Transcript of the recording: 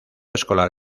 escolar